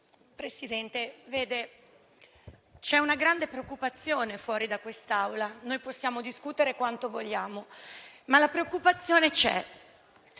Presidente, c'è una grande preoccupazione fuori da quest'Aula. Noi possiamo discutere quanto vogliamo, ma la preoccupazione c'è.